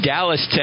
Dallas